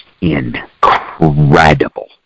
incredible